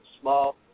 small